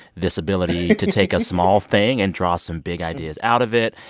this ability. to take a small thing and draw some big ideas out of it.